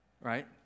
right